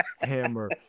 hammer